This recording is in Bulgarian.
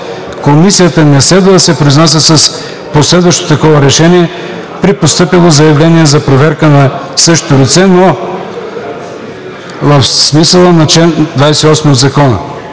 Комисията не следва да се произнася с последващо такова решение при постъпило заявление за проверка на същото лице, но в качеството му на